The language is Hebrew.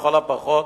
ולכל הפחות